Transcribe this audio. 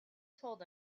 told